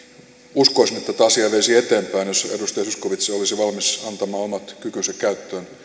uskoisin että tätä asiaa veisi eteenpäin jos edustaja zyskowicz olisi valmis antamaan omat kykynsä käyttöön